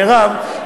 מרב,